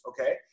okay